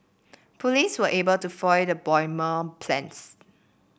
police were able to foil the bomber plans